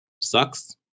Sucks